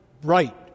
bright